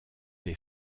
des